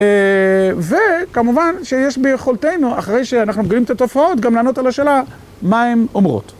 וכמובן שיש ביכולתנו, אחרי שאנחנו מגלים ת'תופעות, גם לענות על השאלה: מה הם אומרות?